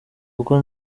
kuko